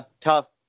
tough